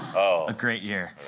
a great year.